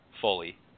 fully